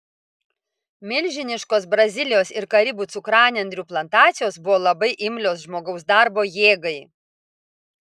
milžiniškos brazilijos ir karibų cukranendrių plantacijos buvo labai imlios žmogaus darbo jėgai